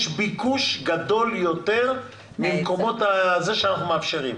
יש ביקוש גדול יותר מהמקומות שאנחנו מאפשרים.